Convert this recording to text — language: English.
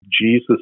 Jesus